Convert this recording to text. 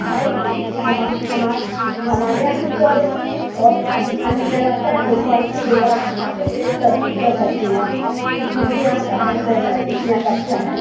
भाई हमारे यहाँ की क्वॉलिटी और अन अन्य जगह का एक क्वॉलिटी एक बार आप खाकर टेस्ट कर चूक कर सकती हैं कि किसके यहाँ का भाई बेहतर है किसके यहाँ का अच्छा है